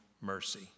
mercy